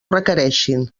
requereixin